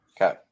okay